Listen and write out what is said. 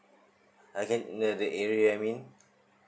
okay the the area I mean